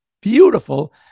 beautiful